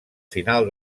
final